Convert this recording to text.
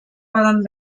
poden